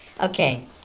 Okay